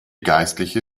geistliche